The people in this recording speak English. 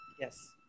Yes